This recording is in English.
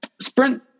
sprint